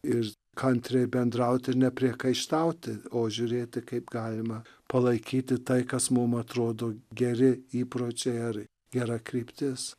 ir kantriai bendrauti ir nepriekaištauti o žiūrėti kaip galima palaikyti tai kas mum atrodo geri įpročiai ar gera kryptis